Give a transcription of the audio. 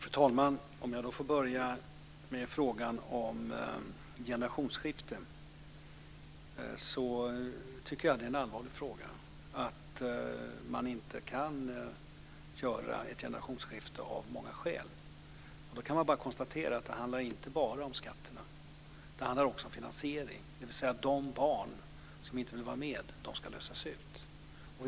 Fru talman! Låt mig börja med frågan om generationsskiften. Jag tycker att det är en allvarlig fråga att man inte kan göra ett generationsskifte av många skäl. Då kan man konstatera att det inte bara handlar om skatterna, utan det handlar också om finansiering, dvs. att de barn som inte vill vara med ska lösas ut.